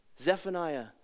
Zephaniah